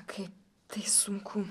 kaip tai sunku